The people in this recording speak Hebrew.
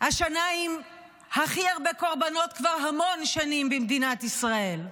השנה עם הכי הרבה קורבנות כבר המון שנים במדינת ישראל.